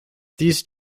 these